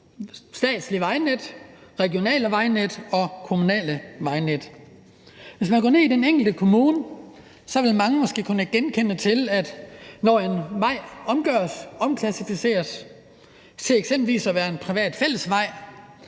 statslige vejnet, regionale vejnet og kommunale vejnet. Hvis man går ned og kigger på den enkelte kommune, vil mange måske kunne nikke genkendende til, at der, når en vej omklassificeres til eksempelvis at være en privat fællesvej,